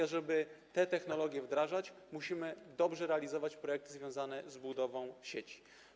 A żeby te technologie wdrażać, musimy dobrze realizować projekty związane z budową sieci.